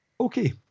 okay